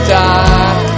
die